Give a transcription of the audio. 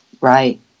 Right